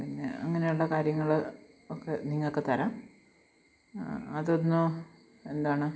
അങ്ങനുള്ള കാര്യങ്ങളൊക്കെ നിങ്ങള്ക്ക് തരാം അതൊന്ന് എന്താണ്